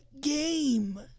game